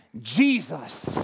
Jesus